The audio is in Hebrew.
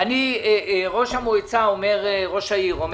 אומר ראש העיר,